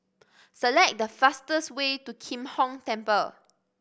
select the fastest way to Kim Hong Temple